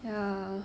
ya